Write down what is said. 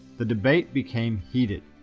the debate became heated.